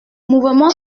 mouvement